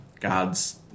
God's